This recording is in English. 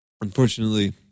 unfortunately